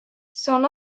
son